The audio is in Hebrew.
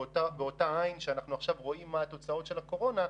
באותה עין שאנחנו עכשיו רואים מה התוצאות של הקורונה,